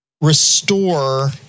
restore